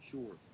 Sure